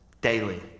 Daily